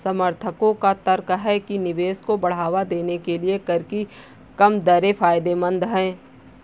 समर्थकों का तर्क है कि निवेश को बढ़ावा देने के लिए कर की कम दरें फायदेमंद हैं